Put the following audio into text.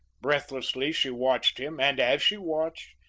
breathlessly she watched him, and, as she watched,